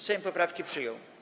Sejm poprawki przyjął.